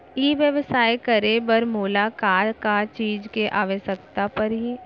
ई व्यवसाय करे बर मोला का का चीज के आवश्यकता परही?